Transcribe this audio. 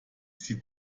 sie